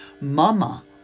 Mama